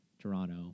Toronto